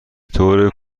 طور